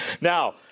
Now